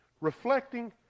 reflecting